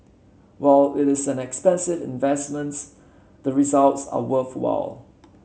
while it is an expensive investments the results are worthwhile